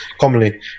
commonly